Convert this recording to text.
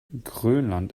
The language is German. grönland